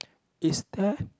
is there